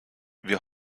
wir